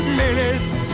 minutes